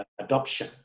adoption